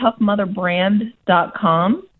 toughmotherbrand.com